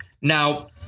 Now